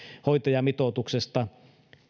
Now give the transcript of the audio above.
hoitajamitoituksesta